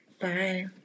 Bye